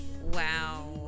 Wow